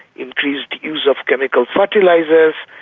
increased use of chemical fertilisers,